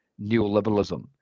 neoliberalism